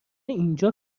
اینجا